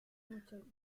mucho